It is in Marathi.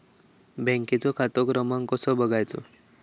बँकेचो खाते क्रमांक कसो बगायचो?